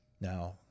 Now